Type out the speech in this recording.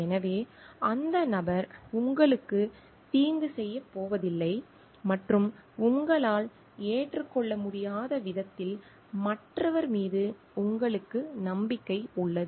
எனவே அந்த நபர் உங்களுக்குத் தீங்கு செய்யப் போவதில்லை மற்றும் உங்களால் ஏற்றுக்கொள்ள முடியாத விதத்தில் மற்றவர் மீது உங்களுக்கு நம்பிக்கை உள்ளது